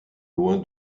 loin